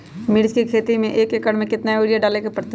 मिर्च के खेती में एक एकर में कितना यूरिया डाले के परतई?